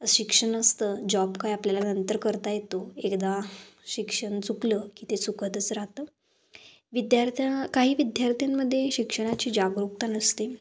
शिक्षण असतं जॉब काय आपल्याला नंतर करता येतो एकदा शिक्षण चुकलं की ते चुकतंच राहतं विद्यार्थ्या काही विद्यार्थ्यांमध्ये शिक्षणाची जागरूकता नसते